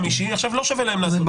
חמישי ועכשיו לא שווה להם לעשות את זה.